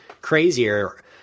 crazier